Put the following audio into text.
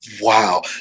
Wow